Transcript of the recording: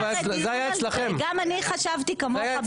אנחנו כן התכנסנו ------ גם אני חשבתי כמוך,